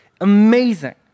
amazing